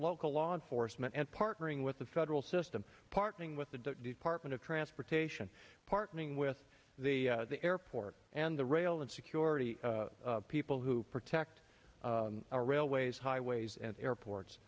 local law enforcement and partnering with the federal system partnering with the department of transportation partnering with the the airport and the rail and security people who protect our railways highways and airports